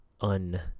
un